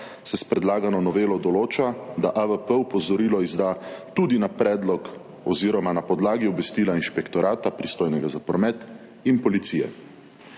se s predlagano novelo določa, da AVP opozorilo izda tudi na predlog oziroma na podlagi obvestila inšpektorata, pristojnega za promet, in policije.